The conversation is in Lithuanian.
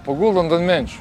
paguldant ant menčių